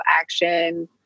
action